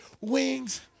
wings